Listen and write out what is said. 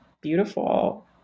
beautiful